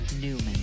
Newman